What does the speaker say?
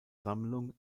sammlung